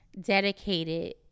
dedicated